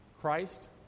Christ